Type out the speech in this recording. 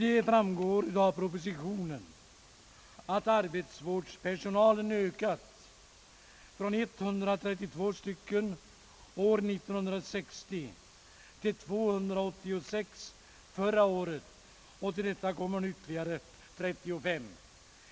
Det framgår av propositionen att arbetsvårdspersonalen ökat från 132 personer år 1960 till 286 förra året. Till detta kommer nu ytterligare 35.